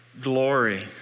glory